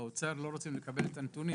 אבל באוצר לא רוצים לקבל את הנתונים,